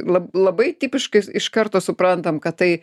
la labai tipiškai iš karto suprantam kad tai